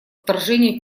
вторжение